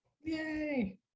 Yay